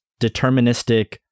deterministic